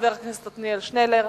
חבר הכנסת עתניאל שנלר,